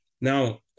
now